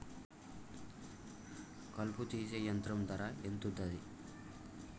కలుపు తీసే యంత్రం ధర ఎంతుటది?